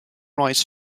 rights